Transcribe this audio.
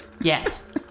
Yes